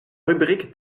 rubrique